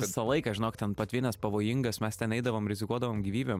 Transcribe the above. visą laiką žinok ten patvinęs pavojingas mes ten eidavom rizikuodavom gyvybėm